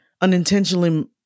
unintentionally